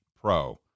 pro